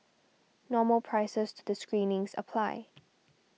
normal prices to the screenings apply